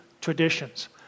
traditions